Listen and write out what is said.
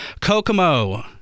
Kokomo